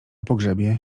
pogrzebie